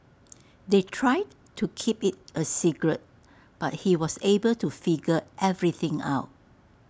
they tried to keep IT A secret but he was able to figure everything out